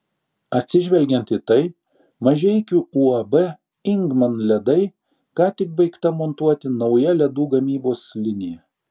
atsižvelgiant į tai mažeikių uab ingman ledai ką tik baigta montuoti nauja ledų gamybos linija